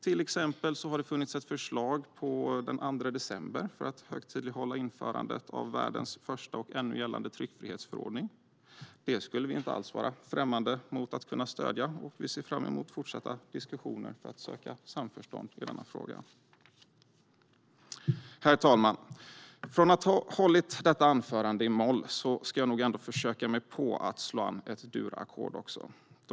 Till exempel finns förslag på den 2 december för att högtidlighålla införandet av världens första och ännu gällande tryckfrihetsförordning. Det skulle vi inte vara främmande för att stödja. Vi ser fram emot fortsatta diskussioner för att söka samförstånd i denna fråga. Herr ålderspresident! Efter att ha hållit detta anförande i moll ska jag försöka att slå an ett durackord.